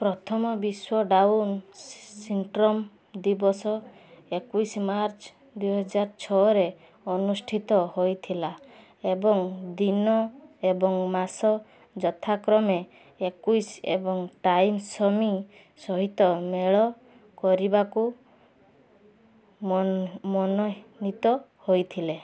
ପ୍ରଥମ ବିଶ୍ୱ Down syndrome ଦିବସ ଏକୋଇଶୀ ମାର୍ଚ୍ଚ ଦୁଇହଜାର ଛଅରେ ଅନୁଷ୍ଠିତ ହେଇଥିଲା ଏବଂ ଦିନ ଏବଂ ମାସ ଯଥାକ୍ରମେ ଏକୋଉଶୀ ଏବଂ ଟ୍ରାଇସୋମି ସହିତ ମେଳ କରିବାକୁ ମନୋନୀତ ହେଇଥିଲା